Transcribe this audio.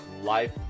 life